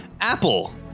Apple